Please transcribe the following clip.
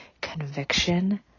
conviction